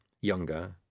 younger